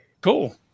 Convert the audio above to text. Cool